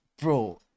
bro